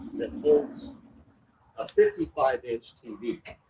that holds a fifty five inch tv.